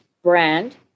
brand